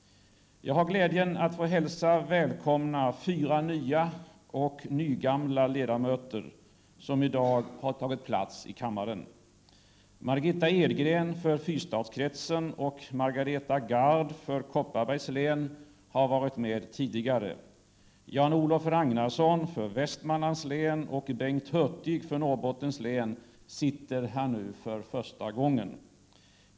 Jag har glädjen att få hälsa välkomna fyra nya och nygamla ledamöter som i dag har tagit plats i kammaren. Margitta Edgren för Fyrstadskretsen och Margareta Gard för Kopparbergs län har varit med tidigare. Jan-Olof Ragnarsson för Västmanlands län och Bengt Hurtig för Norrbottens län sitter här nu för första gången.